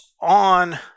on